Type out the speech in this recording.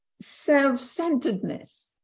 self-centeredness